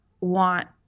want